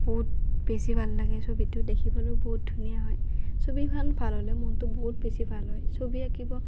বহুত বেছি ভাল লাগে ছবিটো দেখিবলৈও বহুত ধুনীয়া হয় ছবিখন ভাল হ'লে মনটো বহুত বেছি ভাল হয় ছবি আঁকিব